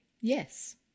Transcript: yes